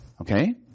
Okay